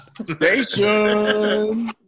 station